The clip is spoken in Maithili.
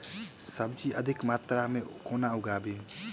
सब्जी अधिक मात्रा मे केना उगाबी?